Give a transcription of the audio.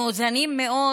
מאוזנים מאוד,